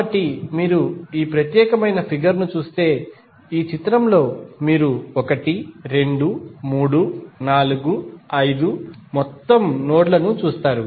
కాబట్టి మీరు ఈ ప్రత్యేకమైన ఫిగర్ ను చూస్తే ఈ చిత్రంలో మీరు 1 2 3 4 5 మొత్తం నోడ్ లను చూస్తారు